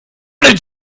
did